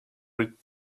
red